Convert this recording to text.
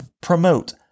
promote